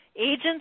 Agents